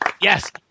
Yes